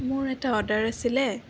মোৰ এটা অৰ্ডাৰ আছিলে